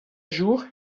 jour